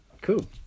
Cool